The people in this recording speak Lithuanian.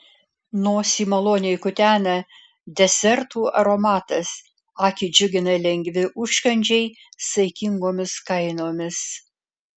nosį maloniai kutena desertų aromatas akį džiugina lengvi užkandžiai saikingomis kainomis